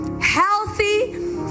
healthy